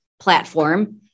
platform